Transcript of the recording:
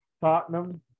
Tottenham